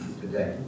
today